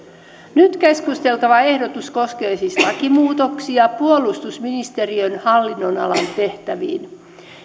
nyt keskusteltava ehdotus koskee siis lakimuutoksia puolustusministeriön hallin nonalan tehtäviin